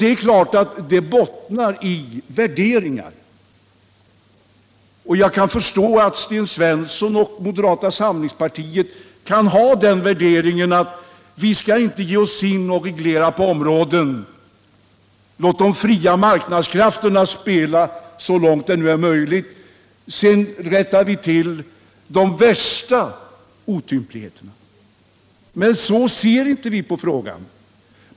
Det är klart att det bottnar i vissa värderingar, och jag kan förstå att Sten Svensson och moderata samlingspartiet har den värderingen att vi inte skall ge oss in och reglera på området. Man menar: Låt de fria marknadskrafterna spela så långt det är möjligt — sedan rättar vi till de värsta otympligheterna. Så ser emellertid inte vi på frågan.